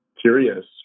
curious